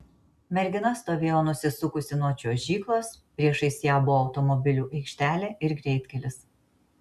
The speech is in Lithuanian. mergina stovėjo nusisukusi nuo čiuožyklos priešais ją buvo automobilių aikštelė ir greitkelis